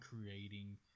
creating